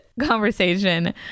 conversation